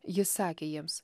jis sakė jiems